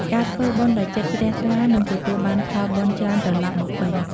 ការធ្វើបុណ្យដោយចិត្តជ្រះថ្លា នឹងទទួលបានផលបុណ្យច្រើនត្រឡប់មកវិញ។